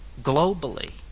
globally